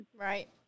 Right